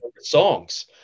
songs